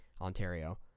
Ontario